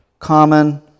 Common